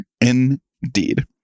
Indeed